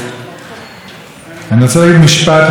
אני רוצה להגיד משפט לגבי המערכה המוניציפלית